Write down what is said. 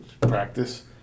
practice